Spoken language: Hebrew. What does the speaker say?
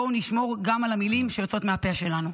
בואו נשמור גם על המילים שיוצאות מהפה שלנו.